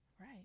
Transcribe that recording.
Right